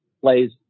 plays